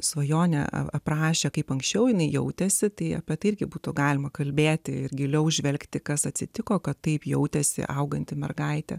svajonę aprašė kaip anksčiau jinai jautėsi tai apie tai irgi būtų galima kalbėti ir giliau žvelgti kas atsitiko kad taip jautėsi auganti mergaitė